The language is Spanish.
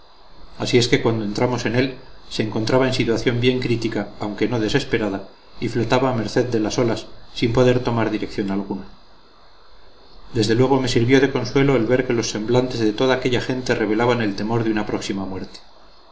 así es que cuando entramos en él se encontraba en situación bien crítica aunque no desesperada y flotaba a merced de las olas sin poder tomar dirección alguna desde luego me sirvió de consuelo el ver que los semblantes de toda aquella gente revelaban el temor de una próxima muerte